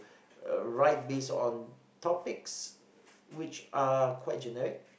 uh write based on topics which are quite generic